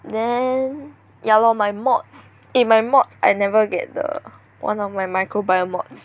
then ya lor my mods eh my mods I never get the one of my microbio mods